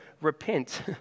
repent